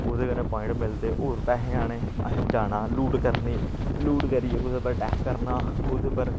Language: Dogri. ओह्दे कन्नै प्वाइंट मिलदे होर पैहे आने असें जाना लूट करनी लूट करियै कुदै पर अटैक करना ओह्दे उप्पर